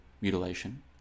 mutilation